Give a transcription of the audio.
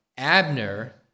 Abner